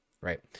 right